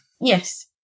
Yes